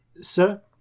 sir